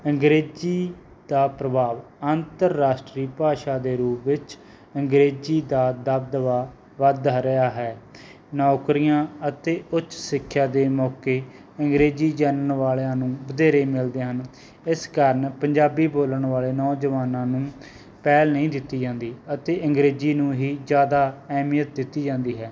ਅੰਗਰੇਜ਼ੀ ਦਾ ਪ੍ਰਭਾਵ ਅੰਤਰ ਰਾਸ਼ਟਰੀ ਭਾਸ਼ਾ ਦੇ ਰੂਪ ਵਿੱਚ ਅੰਗਰੇਜ਼ੀ ਦਾ ਦਬਦਬਾ ਵਧਦਾ ਰਿਹਾ ਹੈ ਨੌਕਰੀਆਂ ਅਤੇ ਉੱਚ ਸਿੱਖਿਆ ਦੇ ਮੌਕੇ ਅੰਗਰੇਜ਼ੀ ਜਾਨਣ ਵਾਲਿਆਂ ਨੂੰ ਵਧੇਰੇ ਮਿਲਦੇ ਹਨ ਇਸ ਕਾਰਨ ਪੰਜਾਬੀ ਬੋਲਣ ਵਾਲੇ ਨੌਜਵਾਨਾਂ ਨੂੰ ਪਹਿਲ ਨਹੀਂ ਦਿੱਤੀ ਜਾਂਦੀ ਅਤੇ ਅੰਗਰੇਜ਼ੀ ਨੂੰ ਹੀ ਜ਼ਿਆਦਾ ਅਹਿਮੀਅਤ ਦਿੱਤੀ ਜਾਂਦੀ ਹੈ